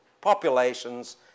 populations